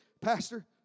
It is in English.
Pastor